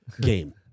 game